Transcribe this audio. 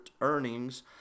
earnings